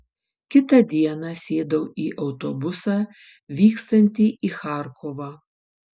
kitą dieną sėdau į autobusą vykstantį į charkovą